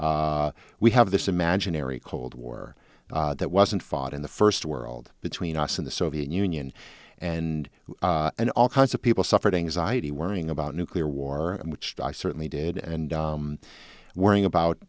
we have this imaginary cold war that wasn't fought in the first world between us and the soviet union and and all kinds of people suffered anxiety worrying about nuclear war which i certainly did and worrying